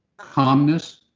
calmness,